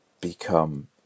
become